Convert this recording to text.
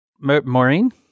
Maureen